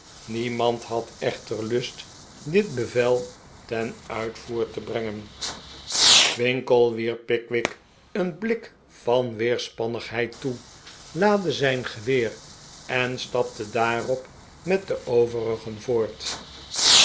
niemand had echter lust dit bevel ten tup man verwerft roem als jager uitvoer te brengen winkle wierp pickwick een blik van weerspannigheid toe laadde zijn geweer en stapte daarop met de overigen voort